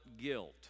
guilt